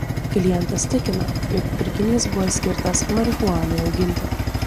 klientas tikina jog pirkinys buvo skirtas marihuanai auginti